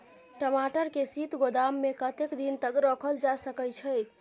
टमाटर के शीत गोदाम में कतेक दिन तक रखल जा सकय छैय?